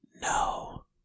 No